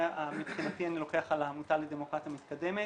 זה מבחינתי אני לוקח על העמותה לדמוקרטיה מתקדמת.